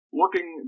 looking